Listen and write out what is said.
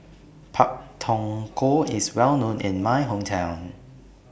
Pak Thong Ko IS Well known in My Hometown